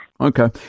Okay